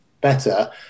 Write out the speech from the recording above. better